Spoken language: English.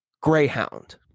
Greyhound